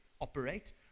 operate